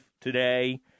today